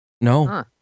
No